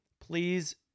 Please